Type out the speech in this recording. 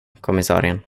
kommissarien